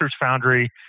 Foundry